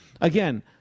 again